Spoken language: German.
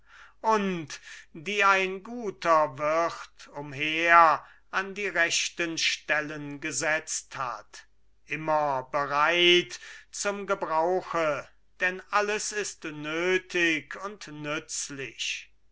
und die ein guter wirt umher an die rechten stellen gesetzt hat immer bereit zum gebrauche denn alles ist nötig und nützlich